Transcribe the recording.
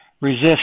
resist